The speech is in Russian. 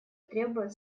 требует